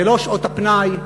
זה לא שעות הפנאי,